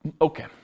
Okay